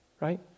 Right